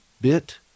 bit